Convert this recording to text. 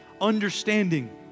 Understanding